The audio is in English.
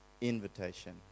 invitation